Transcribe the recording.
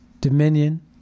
Dominion